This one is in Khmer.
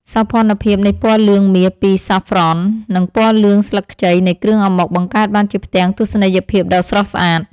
សោភ័ណភាពនៃពណ៌លឿងមាសពីសាហ្វ្រ៉ន់ និងពណ៌លឿងស្លឹកខ្ចីនៃគ្រឿងអាម៉ុកបង្កើតបានជាផ្ទាំងទស្សនីយភាពដ៏ស្រស់ស្អាត។